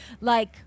Like-